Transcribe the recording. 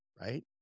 right